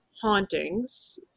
hauntings